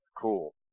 cool